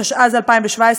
התשע"ז 2017,